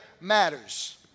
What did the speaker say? matters